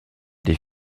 des